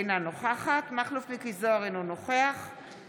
אינה נוכחת מכלוף מיקי זוהר, אינו נוכח דסטה